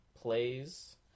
Plays